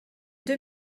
deux